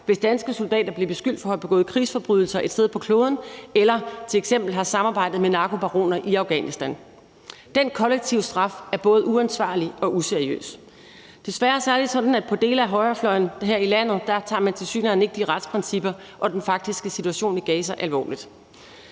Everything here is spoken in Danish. hvis danske soldater blev beskyldt for at have begået krigsforbrydelser et sted på kloden eller f.eks. at have samarbejdet med narkobaroner i Afghanistan. Den kollektive straf er både uansvarlig og useriøs. Desværre er det sådan, at man på dele af højrefløjen her i landet tilsyneladende ikke tager de retsprincipper og den faktiske situation i Gaza alvorligt.